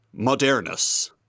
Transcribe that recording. modernus